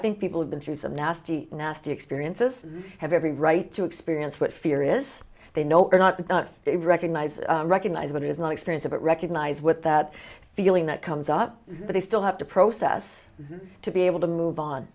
think people have been through some nasty nasty experiences have every right to experience what fear is they know or not to recognize recognize what it is not experience it recognize what that feeling that comes up but they still have to process to be able to move on